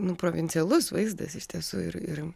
nu provincialus vaizdas iš tiesų ir ir